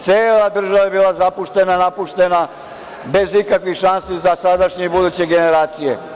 Cela država je bila zapuštena, napuštena, bez ikakvih šansi za sadašnje i buduće generacije.